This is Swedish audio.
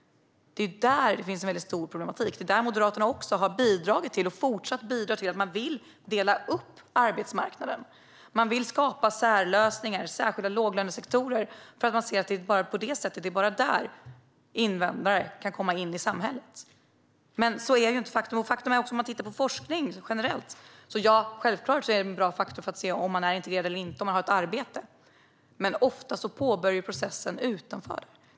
Det är där det finns en stor problematik, och den har Moderaterna bidragit till - och fortsätter att bidra till. Man vill dela upp arbetsmarknaden. Man vill skapa särlösningar och särskilda låglönesektorer, för man anser att det bara är på det sättet invandrare kan komma in i samhället. Men så är det ju inte. Faktum är att forskning generellt visar att en bra faktor att titta på för att se om någon är integrerad eller inte självklart är om personen har arbete, men att processen ofta påbörjas utanför.